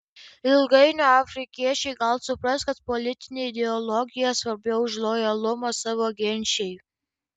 ilgainiui afrikiečiai gal supras kad politinė ideologija svarbiau už lojalumą savo genčiai